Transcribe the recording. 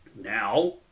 Now